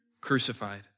crucified